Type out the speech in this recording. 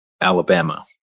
Alabama